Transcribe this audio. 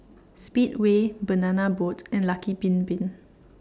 Speedway Banana Boat and Lucky Bin Bin